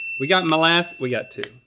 we got molas we got two.